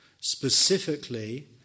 Specifically